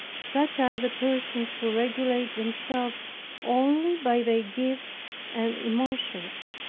such are the persons who regulate themselves only by their gifts and emotions.